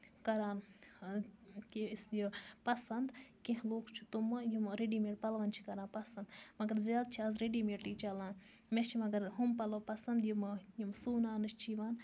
کران کہِ أسۍ یہِ پَسند کیٚنہہ لوٗکھ چھِ تِمہٕ یِم ریڈی میڈ پَلوَن چھِ کران پَسند مَگر زیادٕ چھِ آز ریڈی میڈٕے چَلان مےٚ چھِ مَگر ہُم پَلو پَسند یِم یِم سُوناوانہٕ چھِ یِوان